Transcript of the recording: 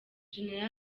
gen